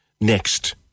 next